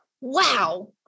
wow